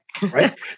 Right